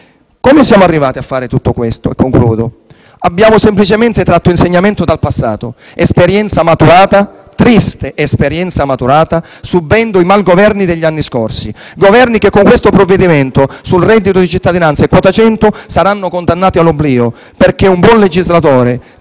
Come siamo arrivati a fare tutto questo? Abbiamo semplicemente tratto insegnamento dal passato e dalla triste esperienza maturata, subendo il malgoverno degli anni scorsi. Quei Governi, con questo provvedimento sul reddito di cittadinanza e quota 100, saranno condannati all'oblio perché un buon legislatore